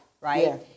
right